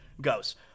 goes